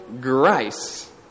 grace